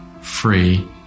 free